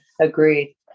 agreed